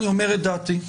אני אומר את דעתי.